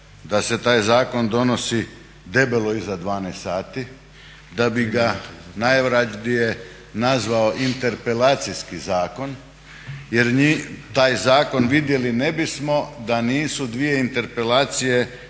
da se taj zakon donosi debelo iza 12 sati, da bi ga najradije nazvao interpelacijski zakon jer taj zakon vidjeli ne bismo da nisu dvije interpelacije